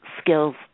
skills